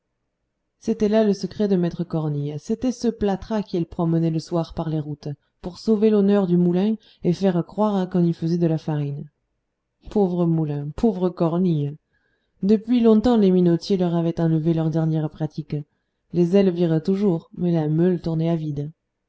c'était là le secret de maître cornille c'était ce plâtras qu'il promenait le soir par les routes pour sauver l'honneur du moulin et faire croire qu'on y faisait de la farine pauvre moulin pauvre cornille depuis longtemps les minotiers leur avaient enlevé leur dernière pratique les ailes viraient toujours mais la meule tournait à vide